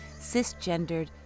cisgendered